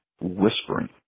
whispering